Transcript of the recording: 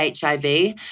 HIV